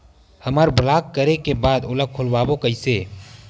हमर ब्लॉक करे के बाद ओला खोलवाबो कइसे?